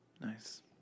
Nice